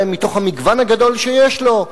מתוך המגוון הגדול שיש לו,